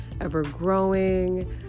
ever-growing